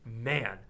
man